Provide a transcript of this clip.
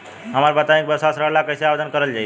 हमरा बताई कि व्यवसाय ऋण ला कइसे आवेदन करल जाई?